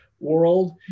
world